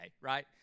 right